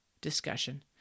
discussion